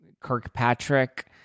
Kirkpatrick